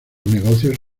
negocios